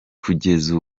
kugeza